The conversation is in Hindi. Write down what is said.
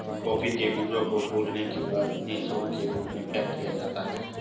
कॉफी के बीजों को भूलने के बाद उन्हें चूर्ण के रूप में पैक किया जाता है